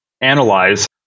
analyze